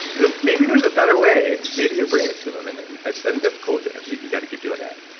ah maybe there's a better way, and maybe you're bringing it to them, and i think that's cool, james. you you gotta keep doing that.